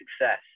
success